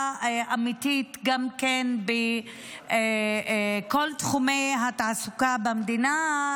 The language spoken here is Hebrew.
אמיתית גם בכל תחומי התעסוקה במדינה.